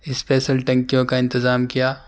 special ٹنکیوں کا انتظام کیا